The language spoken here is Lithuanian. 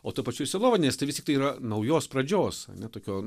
o tuo pačiu ir sielovadinės nes tai vis tiktai yra naujos pradžios ane tokio